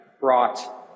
brought